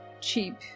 cheap